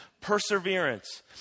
Perseverance